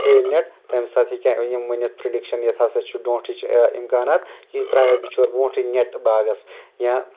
ہیل نٮ۪ٹ تمہِ ساتہٕ ہٮ۪کہِ ہا یِم ؤنِتھ پرڈیکشن یتھ ہسا چھُ ڈۄٹھٕچ امکانات یہِ ترایہِ ہا بچور برٛونٛٹھٕے نٮ۪ٹ باغس یا